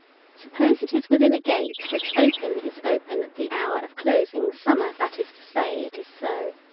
suppose it is within a gate which open is open at the hour of closing summer that is to say it is so.